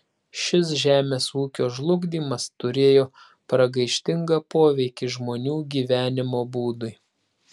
šis žemės ūkio žlugdymas turėjo pragaištingą poveikį žmonių gyvenimo būdui